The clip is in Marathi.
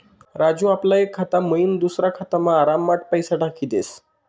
राजू आपला एक खाता मयीन दुसरा खातामा आराममा पैसा टाकी देस